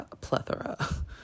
plethora